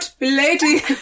lady